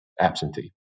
absentee